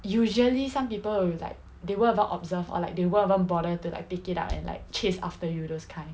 usually some people will like they won't even observed or like they won't even bother to pick it up and like chase after you those kind